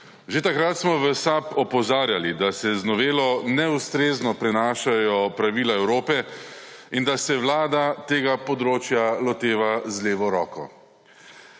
Že takrat smo v SAB opozarjali, da se z novelo neustrezno prenašajo pravila Evrope in da se Vlada tega področja loteva z levo roko.